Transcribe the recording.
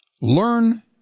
learn